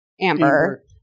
Amber